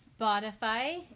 Spotify